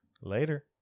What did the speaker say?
Later